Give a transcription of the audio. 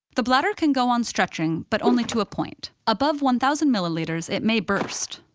the bladder can go on stretching, but only to a point. above one thousand milliliters, it may burst.